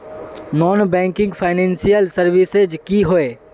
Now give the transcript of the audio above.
Non banking financial services की होय?